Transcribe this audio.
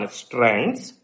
strengths